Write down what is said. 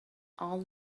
all